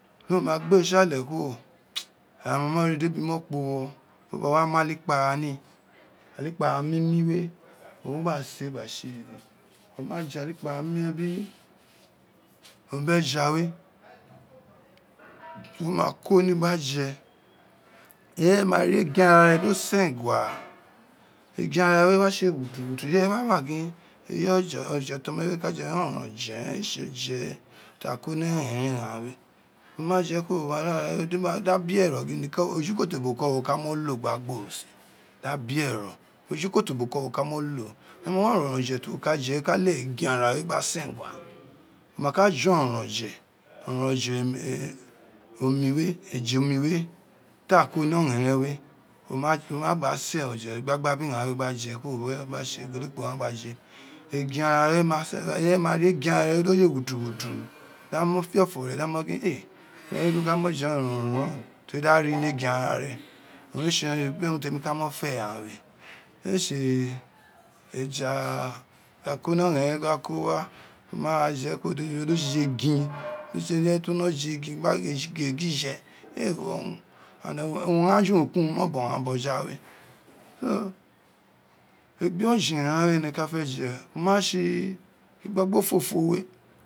Ni wo ma gbe tsi ale kuro ira bobo wo ma mo ri di ebi kpa uwo bobo wa mu olikpara ni olikpara mimi we wo gba se gbe tse dede wo ma ge olikpara mimi we biri eja we wo ma koni gba je ireye ma ri egin ara ne we do sengis egin ara re wo wa tse wutu untu ireye wa ma gin eja ti ome wa ka je orowun oje ren ee tse eja ta bo ni ghan we wo ma je kuro da biero kiri gin ejikolo boki wo ka no lo gba gborou son da bie ro ejiko boko wo ka molo ama ri ororon oje ti wo ka je we ka leghe egin ara we gba sangua wo ma ka je orowun oje ororon oje eja oni we ta ko noli egheghen we wo ma gha se oje igba gba biri ighan we gba ja karo biri ekpo ghan gba je egin ara we ireye ma in egin ara re we do tse wutu untu da mo fio fo re awao mo gin e di wo no jo je orowun urun ren teri da riin egin ara ne owun ren tse urun egba temi ka mo fe ghan we ee tse eju ta ko ni ogheghen ko wa wo in ra je do tsitsi egin do tsitsi ireye to no je egin egin je ee wo urun and urun ghan ju ni obou botojrine so egbe oje gha we ene ka fe je o wa tse igba gba fofo e